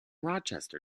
rochester